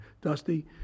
Dusty